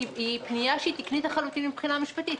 היא פנייה תקנית לחלוטין מבחינה משפטית,